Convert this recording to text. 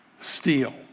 steel